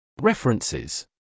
References